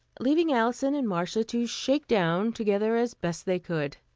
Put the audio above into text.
leaving alison and marcia to shake down together as best they could.